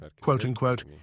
quote-unquote